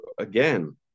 again